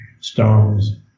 stones